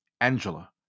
Angela